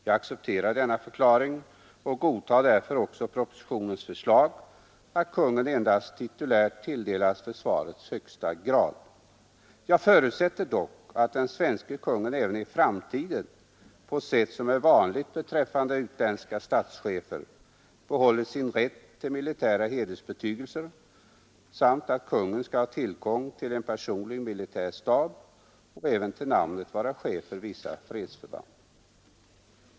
Jag accepterar denna förklaring och godtar därför också propositionens förslag att konungen endast titulärt tilldelas försvarets 9 högsta grad. Jag förutsätter dock att den svenske konungen även i framtiden, på det sätt som är vanligt beträffande utländska statschefer, behåller sin rätt till militära hedersbetygelser samt att konungen skall ha tillgång till personlig militär stab och även till namnet vara chef för vissa fredsförband.